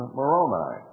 Moroni